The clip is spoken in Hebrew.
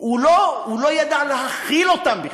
הוא לא ידע להכיל אותם בכלל,